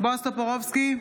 בועז טופורובסקי,